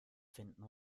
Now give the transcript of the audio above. finden